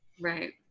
Right